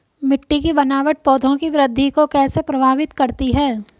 मिट्टी की बनावट पौधों की वृद्धि को कैसे प्रभावित करती है?